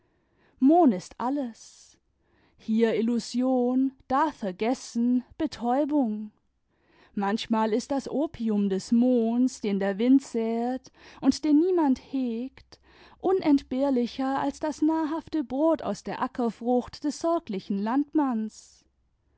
mohn ist alles hier illusion da vergessen betäubung manchmal ist das opium des mohns den der wind säet und den niemand hegt unentbehrlicher als das nahrhafte brot aus der ackerfrucht des sorglichen landmanns